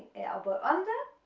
elbow under,